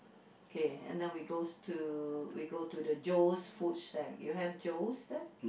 K and then we goes to we go to the Joes food shack you have Joes there